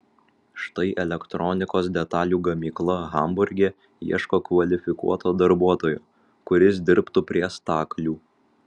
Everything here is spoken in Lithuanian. štai elektronikos detalių gamykla hamburge ieško kvalifikuoto darbuotojo kuris dirbtų prie staklių